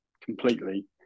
completely